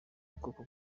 ubwoko